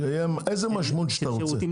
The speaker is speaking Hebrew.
שתהיה איזו משמעות שאתה רוצה.